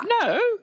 No